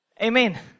Amen